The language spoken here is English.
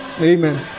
amen